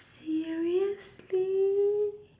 seriously